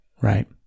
right